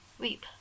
weep